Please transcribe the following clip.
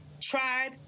tried